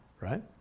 right